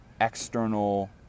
external